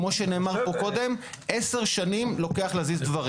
כפי שנאמר פה - עשר שנים לוקח להזיז שנים.